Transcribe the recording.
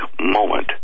moment